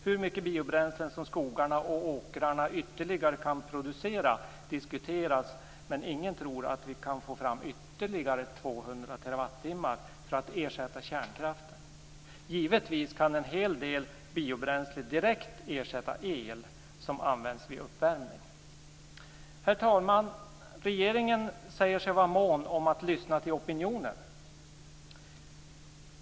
Hur mycket biobränsle som skogarna och åkrarna ytterligare kan producera diskuteras, men ingen tror att vi kan få fram ytterligare 200 TWh för att ersätta kärnkraften. Givetvis kan en hel del biobränslen direkt ersätta el som används för uppvärmning. Herr talman! Regeringen säger sig vara mån om att lyssna till opinionen.